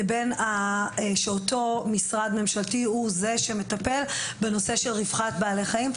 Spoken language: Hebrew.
לבין שאותו משרד ממשלתי הוא זה שמטפל בנושא של רווחת בעלי חיים.